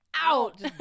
out